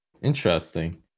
Interesting